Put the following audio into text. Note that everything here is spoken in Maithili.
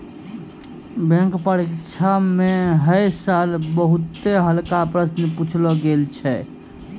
बैंक परीक्षा म है साल बहुते हल्का प्रश्न पुछलो गेल छलै